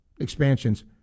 expansions